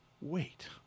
Wait